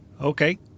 Okay